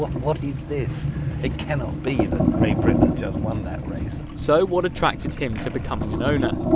what what is this it cannot be that grey britain has just won that race. so what attracted him to becoming an owner?